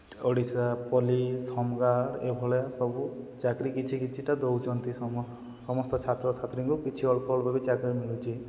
Odisha police home guard ଏଭଳିଆ ସବୁ ଚାକିରି କିଛି କିଛିଟା ଦେଉଛନ୍ତି ସମସ୍ତ ଛାତ୍ରଛାତ୍ରୀଙ୍କୁ କିଛି ଅଳ୍ପ ଅଳ୍ପ ବି ଚାକିରି ମିଳୁଛି